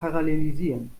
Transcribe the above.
parallelisieren